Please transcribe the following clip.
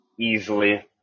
easily